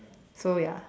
so ya